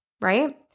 right